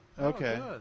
Okay